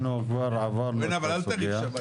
אנחנו כבר עברנו את הסוגיה.